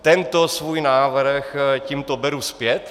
Tento svůj návrh tímto beru zpět.